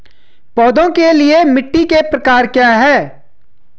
पौधों के लिए मिट्टी के प्रकार क्या हैं?